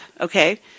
okay